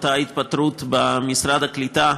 אותה התפטרות ממשרד הקליטה,